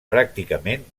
pràcticament